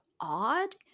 odd